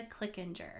Clickinger